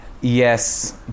Yes